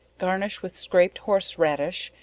garnish with scraped horse radish,